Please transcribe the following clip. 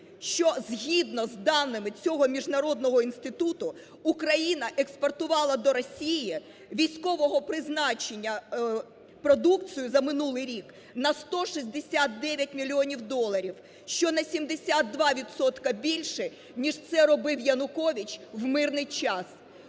що згідно з даними цього міжнародного інституту Україна експортувала до Росії військового призначення продукцію за минулий рік на 169 мільйонів доларів, що на 72 відсотки більше ніж це робив Янукович в мирний час?